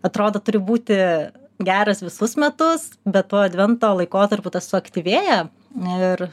atrodo turi būti geras visus metus bet tuo advento laikotarpiu tas suaktyvėja ir